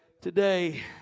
today